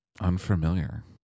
unfamiliar